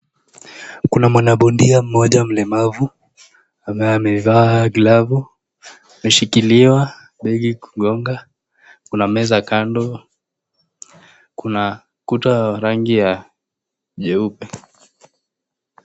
Kuna mwanabondia mmoja mlemavu ambaye amevaa glavu ,ameshikiliwa begi kugonga. Kuna meza kando ,kuna kuta rangi ya jeupe.